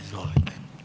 Izvolite.